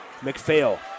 McPhail